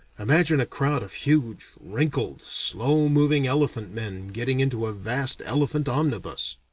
imagine a crowd of huge, wrinkled, slow-moving elephant-men getting into a vast elephant omnibus.